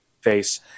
face